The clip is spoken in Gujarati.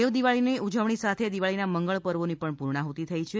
દેવ દિવાળીનો ઉજવણી સાથે દિવાળીના મંગળ પર્વોની પણ પૂર્ણાહતિ થઇ છે